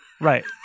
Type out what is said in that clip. Right